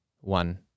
one